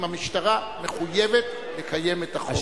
אם המשטרה מחויבת לקיים את החוק.